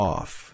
Off